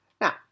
Now